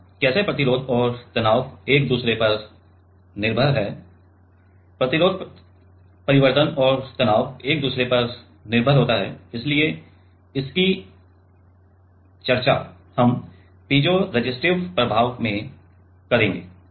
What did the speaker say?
अब कैसे प्रतिरोध और तनाव एक दूसरे पर निर्भर है प्रतिरोध परिवर्तन और तनाव एक दूसरे पर निर्भर है इसलिए हम पीज़ोरेसिस्टिव प्रभाव में चर्चा करेंगे